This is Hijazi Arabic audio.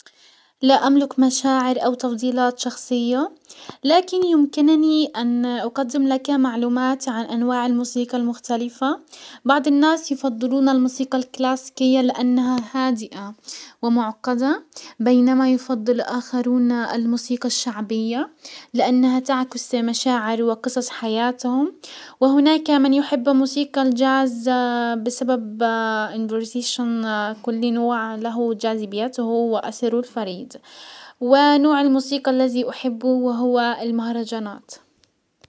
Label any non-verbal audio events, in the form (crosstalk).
لا املك مشاعر او تفضيلات شخصية، لكن يمكنني ان اقدم لك معلومات عن انواع الموسيقى المختلفة. بعض الناس يفضلون الموسيقى الكلاسيكية لانها هادئة ومعقدة، بينما يفضل اخرون الموسيقى الشعبية لانها تعكس مشاعر وقصص حياتهم، وهناك من يحب موسيقى الجاز (hesitation) بسبب (hesitation) كل نوع له جازبيته واسره الفريد، ونوع الموسيقى الذي احبه وهو المهرجانات.